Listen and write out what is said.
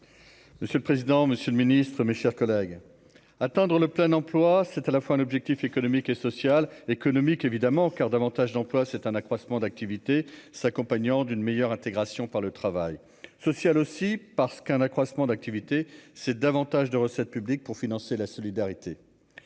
Monsieur le président, Monsieur le Ministre, mes chers collègues, à tendre le plein emploi, c'est à la fois un objectif économique et social, économique, évidemment, car davantage d'emplois, c'est un accroissement d'activité s'accompagnant d'une meilleure intégration par le travail social aussi parce qu'un accroissement d'activité, c'est davantage de recettes publiques pour financer la solidarité,